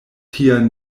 tia